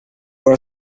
are